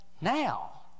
now